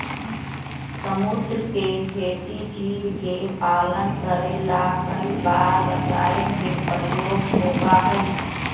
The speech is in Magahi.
समुद्र के खेती जीव के पालन करे ला कई बार रसायन के प्रयोग होबा हई